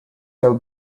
have